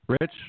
Rich